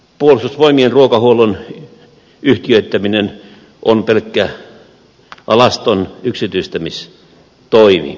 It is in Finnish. puolustusvoimien ruokahuollon yhtiöittäminen on pelkkä alaston yksityistämistoimi